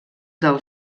del